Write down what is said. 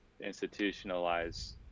institutionalize